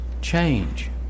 Change